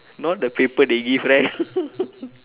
not the paper they give right